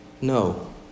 No